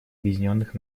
объединенных